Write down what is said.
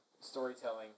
storytelling